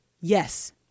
Yes